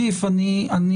אחר.